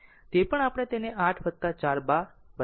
તે પણ આપણે તેને 8 4 12